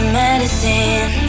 medicine